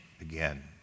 again